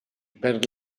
per